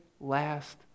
last